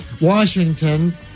Washington